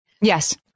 Yes